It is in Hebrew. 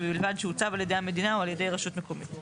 ובלבד שהוצב על ידי המדינה או על ידי רשות מקומית".